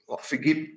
forgive